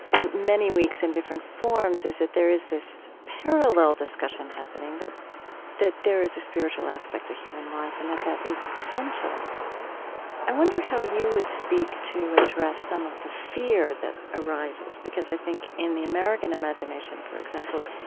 many weeks in different forms, is that there is this parallel discussion happening that that there is a spiritual aspect to human life and that that is essential i wonder how you would speak to address some of the fear that arises, because i think in the american imagination, for example,